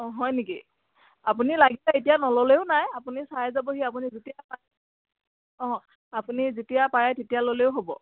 অঁ হয় নেকি আপুনি লাগিলে এতিয়া নল'লেও নাই আপুনি চাই যাবহি আপুনি যেতিয়া পাৰে অঁ আপুনি যেতিয়া পাৰে তেতিয়া ল'লেও হ'ব